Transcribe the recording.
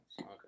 Okay